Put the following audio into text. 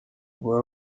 guha